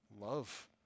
Love